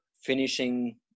finishing